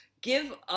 give